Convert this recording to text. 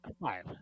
Five